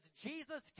Jesus